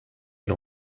une